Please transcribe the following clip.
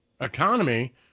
economy